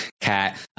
Cat